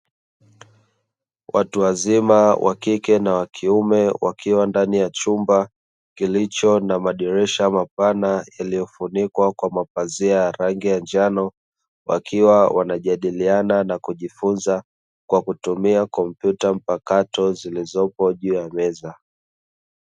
Watu wazima wakike na wakiume wakiwa ndani ya chumba kilicho na madirisha mapana yaliyofunikwa kwa mapazia ya rangi ya njano, wakiwa wanajadiliana na kujifunza kwa kutumia kompyuta mpakato zilizopo juu ya meza.